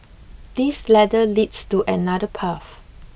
this ladder leads to another path